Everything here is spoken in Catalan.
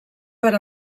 per